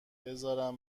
بزار